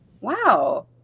wow